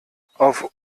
auf